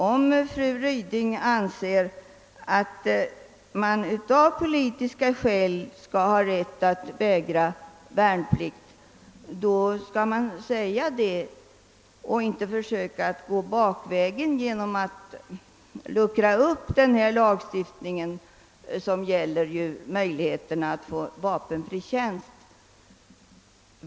Om fru Ryding anser att man av politiska skäl skall ha rätt att vägra värnplikt, då skall hon säga det och inte försöka gå bakvägen genom att luckra upp gällande lagstiftning rörande möjligheterna till vapenfri tjänst.